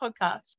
podcast